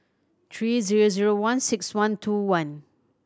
three zero zero one six one two one